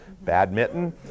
badminton